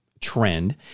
trend